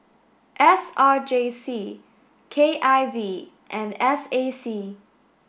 S R J C K I V and S A C